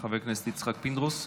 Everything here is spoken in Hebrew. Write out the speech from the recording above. חבר הכנסת יצחק פינדרוס,